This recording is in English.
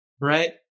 right